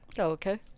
okay